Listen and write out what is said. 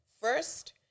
First